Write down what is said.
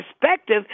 perspective